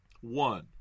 One